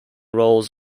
roles